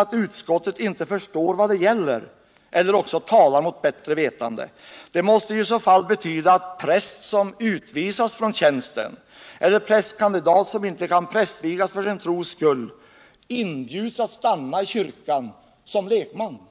att utskottet antingen inte förstår vad det gäller eller också talar mot bättre vetande. Det måste ju i så fall betyda att präst som utvisas från tjänsten eller prästkandidat som inte kan prästvigas för sin tros skull inbjuds att stanna i kyrkan som lekman.